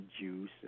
juice